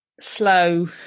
slow